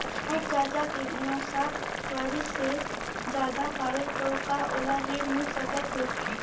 मोर चाचा के उमर साठ बरिस से ज्यादा हवे तो का ओला ऋण मिल सकत हे?